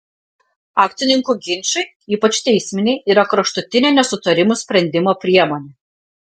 akcininkų ginčai ypač teisminiai yra kraštutinė nesutarimų sprendimo priemonė